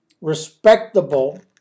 respectable